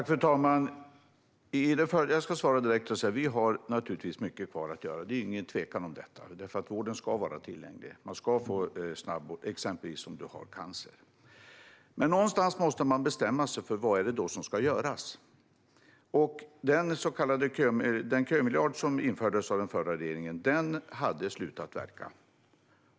Fru talman! Det finns naturligtvis mycket kvar att göra. Det råder inget tvivel om det. Vården ska vara tillgänglig, och man ska få vård snabbt om man till exempel har cancer. Men någonstans måste man bestämma sig för vad som ska göras. Den kömiljard som infördes av den förra regeringen hade slutat verka.